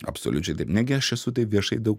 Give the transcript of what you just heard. absoliučiai negi aš esu taip viešai daug